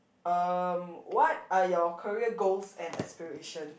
um what are your career goals and aspiration